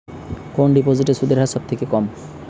কোন ডিপোজিটে সুদের হার সবথেকে কম?